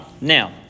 now